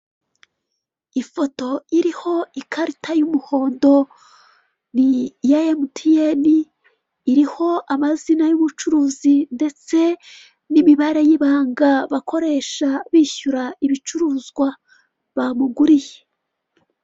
Ifoto iriho ikarita y'umuhondo ni iya MTN iriho amazina y'umucuruzi ndetse n'imibare y'ibanga bakoresha bishyura ibicuruzwa bamuguriye.